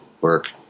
work